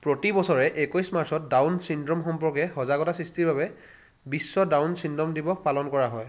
প্ৰতি বছৰে একৈছ মাৰ্চত ডাউন চিণ্ড্ৰম সম্পৰ্কে সজাগতা সৃষ্টিৰ বাবে বিশ্ব ডাউন চিণ্ড্ৰম দিৱস পালন কৰা হয়